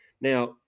Now